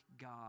God